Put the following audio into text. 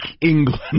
England